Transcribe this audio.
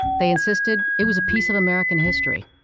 they insisted it was a piece of american history